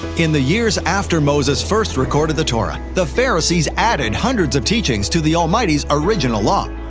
in the years after moses first recorded the torah, the pharisees added hundreds of teachings to the almighty's original law.